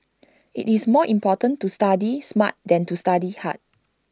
IT is more important to study smart than to study hard